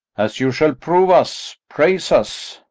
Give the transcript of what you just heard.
as you shall prove us, praise us.